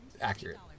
accurate